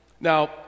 Now